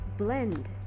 blend